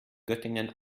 göttingen